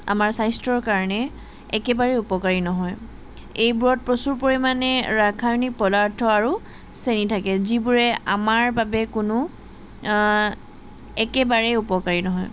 আমাৰ স্বাস্থ্যৰ কাৰণে একেবাৰে উপকাৰী নহয় এইবোৰত প্ৰচুৰ পৰিমাণে ৰাসায়নিক পদাৰ্থ আৰু চেনি থাকে যিবোৰে আমাৰ বাবে কোনো একেবাৰে উপকাৰী নহয়